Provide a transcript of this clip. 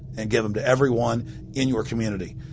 and give them to everyone in your community.